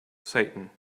satan